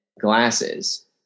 glasses